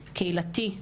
קהילתי,